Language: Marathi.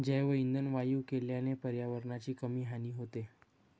जैवइंधन वायू केल्याने पर्यावरणाची कमी हानी होते